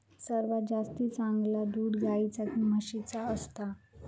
सर्वात जास्ती चांगला दूध गाईचा की म्हशीचा असता?